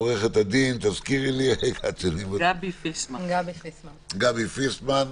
עו"ד גבי פיסמן,